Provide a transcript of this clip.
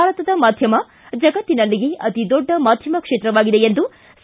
ಭಾರತದ ಮಾಧ್ಯಮ ಜಗತ್ತಿನಲ್ಲಿಯೇ ಅತಿ ದೊಡ್ಡ ಮಾಧ್ಯಮ ಕ್ಷೇತ್ರವಾಗಿದೆ ಎಂದು ಸಿ